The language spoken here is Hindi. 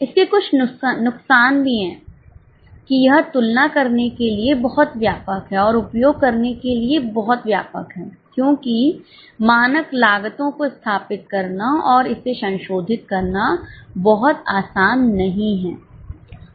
इसके कुछ नुकसान भी हैं कि यह तुलना करने के लिए बहुत व्यापक है और उपयोग करने के लिए बहुत व्यापक है क्योंकि मानक लागतों को स्थापित करना और इसे संशोधित करना बहुत आसान नहीं है